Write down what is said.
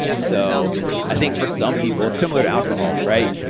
so i think for some people, it's similar to alcohol, right?